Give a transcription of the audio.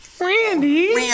Randy